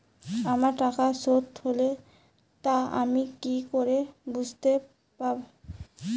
আমার টাকা শোধ হলে তা আমি কি করে বুঝতে পা?